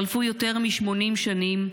חלפו יותר מ-80 שנים,